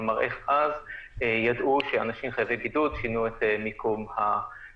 כלומר איך אז ידעו שאנשים חייבי בידוד שינו את המיקום שלהם.